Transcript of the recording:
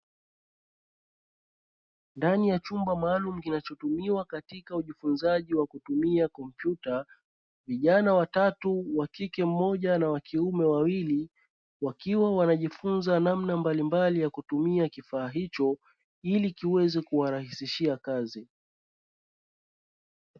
Ndani ya chumba maalumu kinachotumiwa katika ujifunzaji wa kutumia kompyuta, vijana watatu wa kike mmoja na wa kiume wawili wakiwa wanajifunza namna mbalimbali ya kutumia kifaa hicho ili kiweze kuwarahisishia kazi.